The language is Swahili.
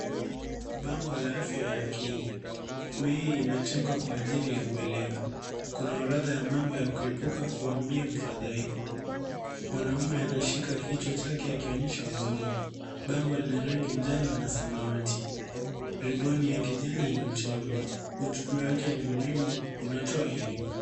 Bango la afya ya akili. Mei imetengwa kwa ajili ya uwelewo. Kuna orodha ya mambo ya kuepukana kwa njia ya ufadhaiko. Mwanamme anashika kichwa chake akionyesha huzuni. Bango lina rangi ya njano na samawati. [cs ] Riboni[cs ] ya kijani imechorwa. Ujumbe wake ni muhimu. Unatoa elimu.